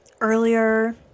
earlier